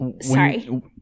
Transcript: Sorry